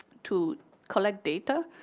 to collect data.